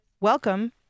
welcome